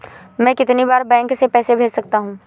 मैं कितनी बार बैंक से पैसे भेज सकता हूँ?